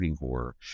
horror